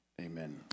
amen